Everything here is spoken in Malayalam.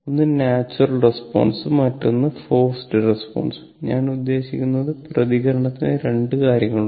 ഒന്ന് നാച്ചുറൽ റെസ്പോൺസ് മറ്റൊന്ന് ഫോർസ്ഡ് റെസ്പോൺസ് ഞാൻ ഉദ്ദേശിക്കുന്നത് പ്രതികരണത്തിന് രണ്ട് കാര്യങ്ങളുണ്ട്